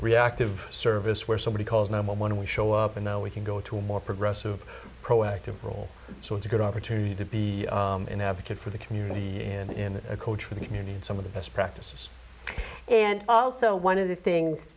reactive service where somebody calls number one we show up and now we can go to a more progressive proactive role so it's a good opportunity to be an advocate for the community in a coach for the community and some of the best practices and also one